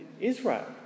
Israel